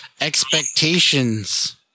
Expectations